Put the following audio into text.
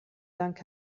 dank